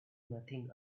nothing